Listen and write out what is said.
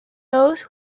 those